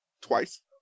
twice